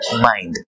mind